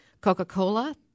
Coca-Cola